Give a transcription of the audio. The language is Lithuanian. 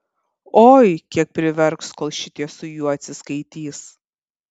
oi kiek priverks kol šitie su juo atsiskaitys